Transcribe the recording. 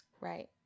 Right